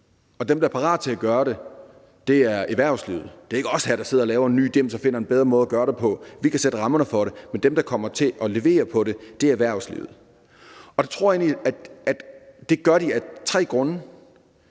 og dem, der er parate til at gøre det, er erhvervslivet. Det er ikke os her, der sidder og laver en ny dims og finder en bedre måde at gøre det på. Vi kan sætte rammerne for det, men dem, der kommer til at levere på det, er erhvervslivet. Det gør de af tre grunde.